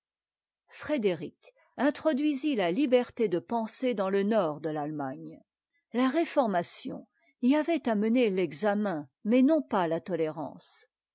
frédéric introduisit la liberté de penser dans le nord de l'allemagne la réformation y avait amené t'examen mais non pas la tolérance